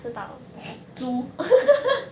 猪